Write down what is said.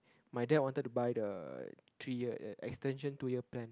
my dad wanted to buy the three year extension two year plan